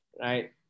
right